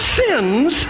sins